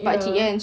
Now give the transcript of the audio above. oh